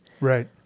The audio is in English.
Right